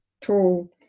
tall